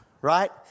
right